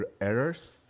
errors